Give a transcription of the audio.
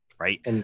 right